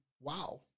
wow